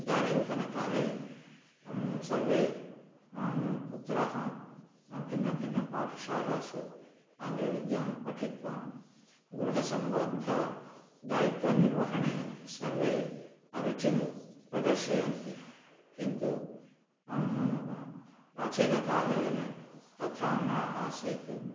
इदानीन्तनकाले सर्वे पुत्राः भिन्नभिन्नपाठशालासु आङ्ग्लविद्यां पठित्वा गृहसम्बद्धदायित्वनिर्वहणे सर्वे अरुचिं प्रदर्शयन्ति किन्तु प्राचीनकाले तथा न आसीत्